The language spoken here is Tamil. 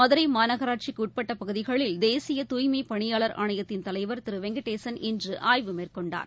மதுரை மாநகராட்சிக்கு உட்பட்ட பகுதிகளில் தேசிய தூய்மைப்பணியாளர் ஆணையத்தின் தலைவர் திரு வெங்கடேசன் இன்று ஆய்வு மேற்கொண்டார்